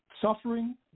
suffering